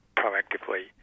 proactively